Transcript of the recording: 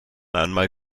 einmal